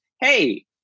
Hey